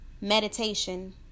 meditation